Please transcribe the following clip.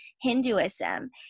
Hinduism